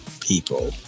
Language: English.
people